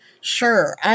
Sure